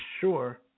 sure